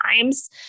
times